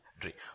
drink